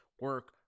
Work